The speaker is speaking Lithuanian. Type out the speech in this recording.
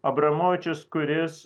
abramovičius kuris